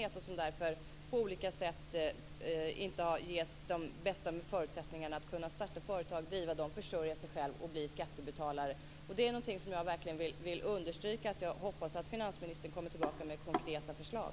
Dessa kvinnor har därför på olika sätt inte fått de bästa förutsättningarna att starta och driva företag, försörja sig själv och bli skattebetalare. Jag vill verkligen understryka att jag hoppas att finansministern kommer tillbaka med konkreta förslag.